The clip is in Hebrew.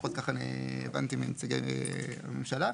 לפחות כך אני הבנתי מנציגי הממשלה,